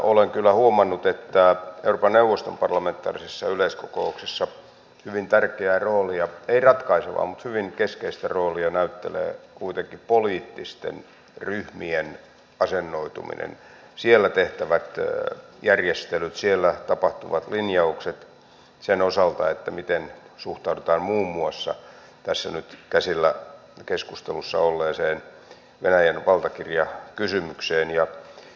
olen kyllä huomannut että euroopan neuvoston parlamentaarisessa yleiskokouksessa hyvin tärkeää roolia ei ratkaisevaa mutta hyvin keskeistä roolia näyttelevät kuitenkin poliittisten ryhmien asennoituminen siellä tehtävät järjestelyt siellä tapahtuvat linjaukset sen osalta miten suhtaudutaan muun muassa tässä nyt käsillä keskustelussa olleeseen venäjän valtakirjakysymykseen